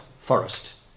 forest